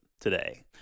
today